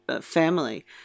family